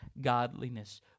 Godliness